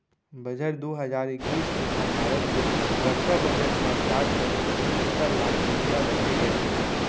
बछर दू हजार इक्कीस म भारत के रक्छा बजट म चार करोड़ अठत्तर लाख रूपया रखे गए हे